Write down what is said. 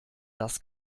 das